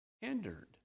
hindered